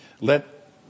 Let